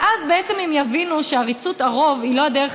ואז הם יבינו שעריצות הרוב היא לא הדרך